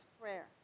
prayer